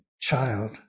child